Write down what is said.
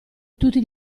tutti